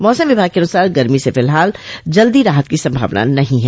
मौसम विभाग के अनुसार गर्मी से फिलहाल जल्दी राहत की संभावना नहीं है